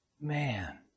man